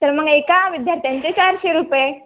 तर मग एका विद्यार्थ्यांचे चारशे रुपये